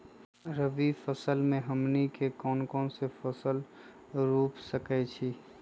रबी फसल में हमनी के कौन कौन से फसल रूप सकैछि?